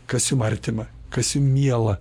kas jum artima kas jum miela